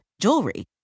jewelry